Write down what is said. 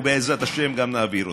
ובעזרת השם גם נעביר אותו.